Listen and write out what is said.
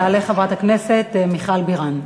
תעלה חברת הכנסת מיכל בירן.